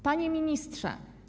Panie Ministrze!